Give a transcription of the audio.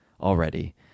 already